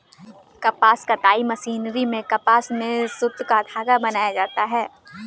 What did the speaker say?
कपास कताई मशीनरी में कपास से सुत या धागा बनाया जाता है